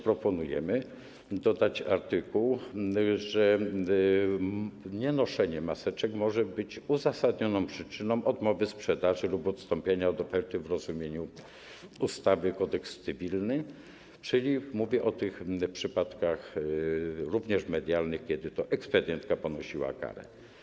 Proponujemy również dodać artykuł o tym, że nienoszenie maseczek może być uzasadnioną przyczyną odmowy sprzedaży lub odstąpienia od oferty w rozumieniu ustawy - Kodeks cywilny, czyli mówię również o przypadkach medialnych, kiedy to ekspedientka ponosiła karę.